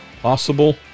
possible